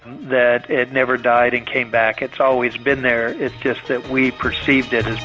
that it never died and came back, it's always been there. it's just that we perceived it as